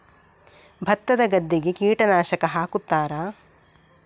ಭತ್ತದ ಗದ್ದೆಗೆ ಕೀಟನಾಶಕ ಹಾಕುತ್ತಾರಾ?